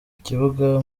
ikibuga